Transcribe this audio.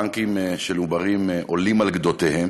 הבנקים של העוברים עולים על גדותיהם,